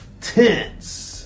Tense